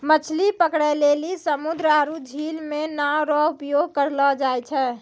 मछली पकड़ै लेली समुन्द्र आरु झील मे नांव रो उपयोग करलो जाय छै